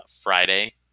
Friday